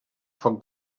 foc